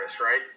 right